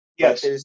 Yes